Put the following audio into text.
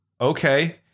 okay